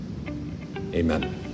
Amen